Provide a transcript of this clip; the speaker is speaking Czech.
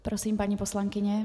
Prosím, paní poslankyně.